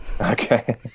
Okay